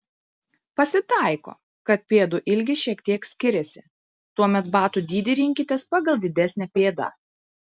pasitaiko kad pėdų ilgis šiek tiek skiriasi tuomet batų dydį rinkitės pagal didesnę pėdą